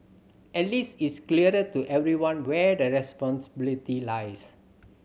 at least it's clearer to everyone where the responsibility lies